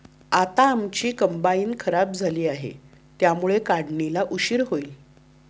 आता आमची कंबाइन खराब झाली आहे, त्यामुळे काढणीला उशीर होईल